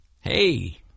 Hey